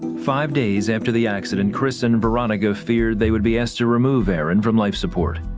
five days after the accident chris and veronica feared they would be asked to remove aaron from life support.